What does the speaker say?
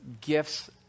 gifts